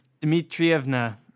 Dmitrievna